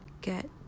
get